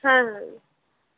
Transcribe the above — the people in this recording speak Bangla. হ্যাঁ হ্যাঁ